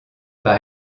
par